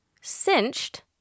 cinched